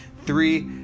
Three